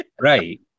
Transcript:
Right